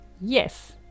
Yes